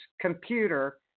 computer